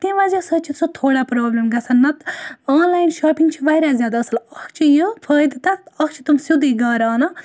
تَمہِ وجعہ سۭتۍ چھےٚ سۄ تھوڑا پرابلِم گَژھان نَتہٕ آن لایِن شاپِنگ چھِ واریاہ زیادٕ اصٕل اَکھ چھِ فٲیدٕ تَتھ اَکھ چھِ تِم سیٛودٕے گَرٕ آنان